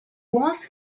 was